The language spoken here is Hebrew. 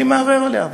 אני מערער עליה,